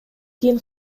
кийин